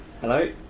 Hello